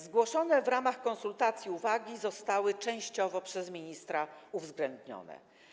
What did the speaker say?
Zgłoszone w ramach konsultacji uwagi zostały częściowo przez ministra uwzględnione.